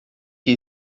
que